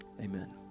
Amen